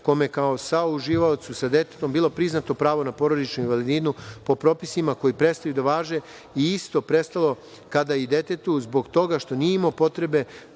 kome je kao sauživaocu sa detetom bilo priznato pravo na porodičnu invalidninu, po propisima koji prestaju da važe i isto prestalo kada i detetu zbog toga što nije imao potrebne